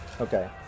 Okay